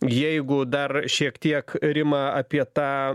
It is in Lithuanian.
jeigu dar šiek tiek rima apie tą